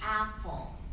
apple